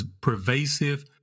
pervasive